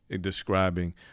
describing